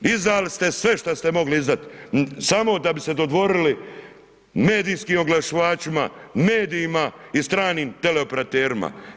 Izdali ste sve šta ste mogli izdat samo da bi se dodvorili medijskim oglašivačima, medijima i stranim teleoperaterima.